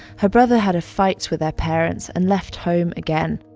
her brother had a fight with their parents and left home again.